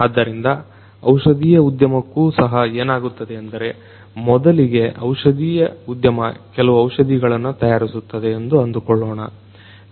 ಆದ್ದರಿಂದ ಔಷಧಿಯ ಉದ್ಯಮಕ್ಕೂ ಸಹ ಏನಾಗುತ್ತದೆಯೆಂದರೆ ಮೊದಲಿಗೆ ಔಷಧಿಯ ಉದ್ಯಮ ಕೆಲವು ಔಷಧಿಗಳನ್ನ ತಯಾರಿಸುತ್ತದೆ ಎಂದು ಅಂದುಕೊಳ್ಳೋಣ